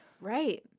Right